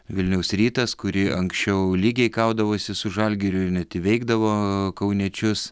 vilniaus rytas kurį anksčiau lygiai kaudavosi su žalgiriu ir net įveikdavo kauniečius